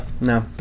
No